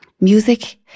music